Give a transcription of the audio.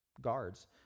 guards